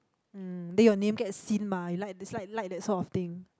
um then your name get seen mah you like dislike like that sort of thing